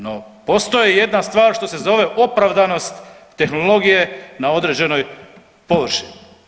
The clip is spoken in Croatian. No, postoji jedna stvar što se zove opravdanost tehnologije na određenoj površini.